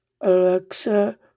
Alexa